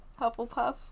Hufflepuff